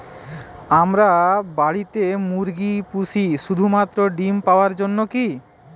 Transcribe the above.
আমরা বাড়িতে মুরগি পুষি শুধু মাত্র ডিম পাওয়ার জন্যই কী?